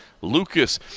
Lucas